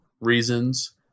reasons